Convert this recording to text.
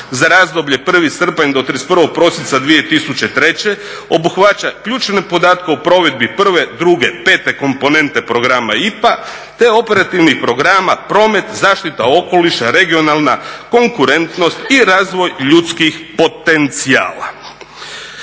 za razdoblje 1. srpanj do 31. prosinca 2003. obuhvaća ključne podatke o provedbi prve, druge, pete komponente programa IPA te operativnih programa Promet, Zaštita okoliša, Regionalna konkurentnost i razvoj ljudskih potencijala.